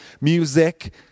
Music